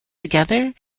together